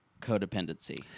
Codependency